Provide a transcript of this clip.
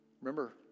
Remember